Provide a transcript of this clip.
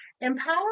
empower